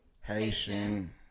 Haitian